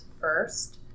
first